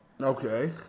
Okay